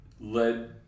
led